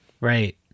Right